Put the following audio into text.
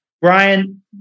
Brian